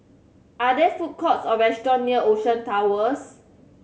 are there food courts or restaurants near Ocean Towers